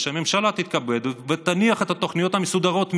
אז שהממשלה תתכבד ותניח את התוכניות המסודרות מראש.